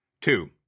two